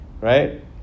right